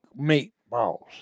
meatballs